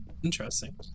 interesting